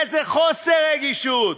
איזה חוסר רגישות,